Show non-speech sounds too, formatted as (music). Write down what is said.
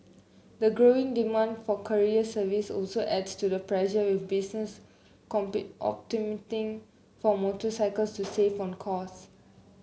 the growing demand for courier services also adds to the pressure with businesses (unintelligible) for motorcycles to save on costs